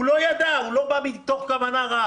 הוא לא ידע, הוא לא בא מתוך כוונה רעה.